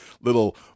little